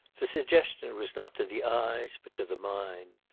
the suggestion was not to the eyes but to the mind.